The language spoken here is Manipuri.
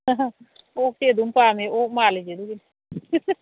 ꯑꯣꯛꯇꯤ ꯑꯗꯨꯝ ꯄꯥꯝꯏ ꯑꯣꯛ ꯃꯥꯜꯂꯤꯁꯦ ꯑꯗꯨꯒꯤꯅꯤ